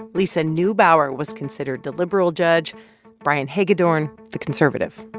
lisa neubauer was considered the liberal judge brian hagedorn, the conservative.